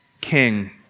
king